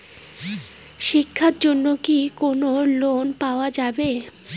শিক্ষার জন্যে কি কোনো লোন পাওয়া যাবে?